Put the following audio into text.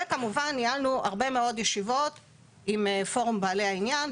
וכמובן ניהלנו הרבה מאוד ישיבות עם פורום בעי העניין.